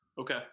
Okay